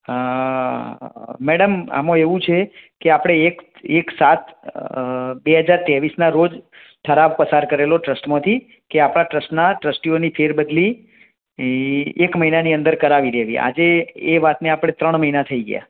અ madam આમાં એવું છે કે આપણે એક એક સાત અ બે હજાર તેવીસનાં રોજ ઠરાવ પસાર કરેલો ટ્રસ્ટમાંથી કે આપણાં ટ્રસ્ટના ટ્રસ્ટીઓની ફેરબદલી એ એક મહિનાની અંદર કરાવી લેવી આજે એ વાતને આપણે ત્રણ મહિના થઈ ગયા